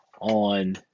on